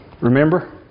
Remember